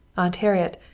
aunt harriet,